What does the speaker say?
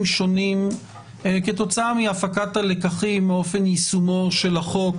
שונים כתוצאה מהפקת הלקחים מאופן יישומו של החוק